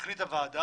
החליטה הוועדה,